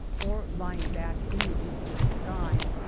or lying back in the eastern sky,